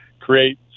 create